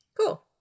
Cool